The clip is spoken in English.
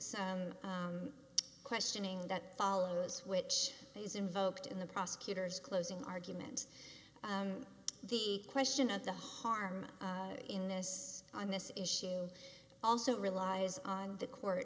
some questioning that follows which is invoked in the prosecutor's closing argument the question of the harm in this on this issue also relies on the court